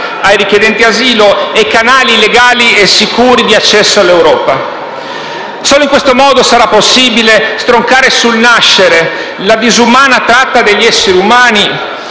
ai richiedenti asilo e canali legali e sicuri di accesso all'Europa. Solo in questo modo sarà possibile stroncare sul nascere la disumana tratta degli esseri umani